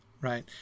right